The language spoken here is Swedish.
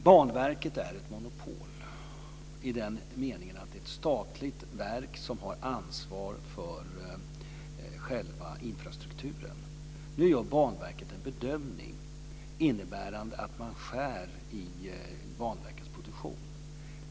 Banverket är ett monopol i den meningen att det är ett statligt verk som har ansvar för själva infrastrukturen. Nu gör Banverket en bedömning innebärande att man skär i Banverkets produktion.